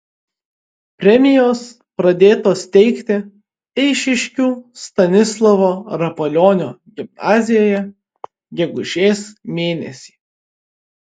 premijos pradėtos teikti eišiškių stanislovo rapolionio gimnazijoje gegužės mėnesį